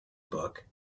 book